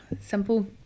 simple